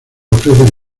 ofrecen